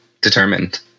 determined